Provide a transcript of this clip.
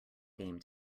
game